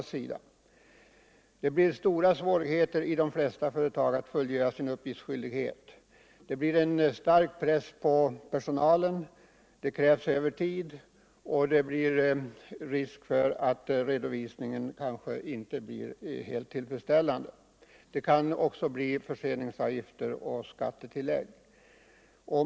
Det blir därigenom stora svårigheter i de flesta företag att fullgöra sin uppgiftsskyldighet. Det blir en stark press på personalen, det krävs övertid och det uppstår risk för att redovisningen kanske inte blir helt tillfredsställande. Det kan också bli förseningsavgifter och skattetillägg.